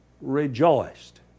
rejoiced